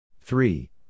Three